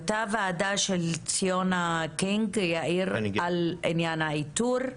הייתה ועדה של ציונה קניג יאיר על עניין האיתור.